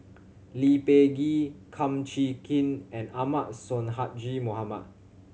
Lee Peh Gee Kum Chee Kin and Ahmad Sonhadji Mohamad